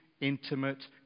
intimate